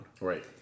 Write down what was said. Right